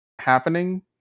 happening